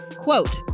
quote